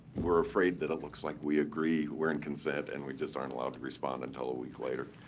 we're afraid that it looks like we agree, we're in consent, and we just aren't allowed to respond until a week later.